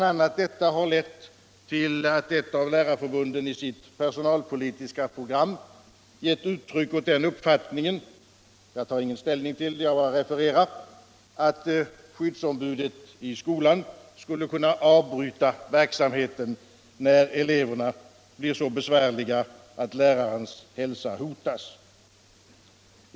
a. detta har lett till att ett av lärarförbunden i sitt personalpolitiska program har givit uttryck åt den uppfattningen — jag tar ingen ställning utan bara refererar den — att skyddsombudet i skolan skall kunna avbryta verksamheten, när eleverna blir så besvärliga att lärarens hälsa hotas.